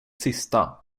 sista